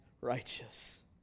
righteous